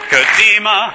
Kadima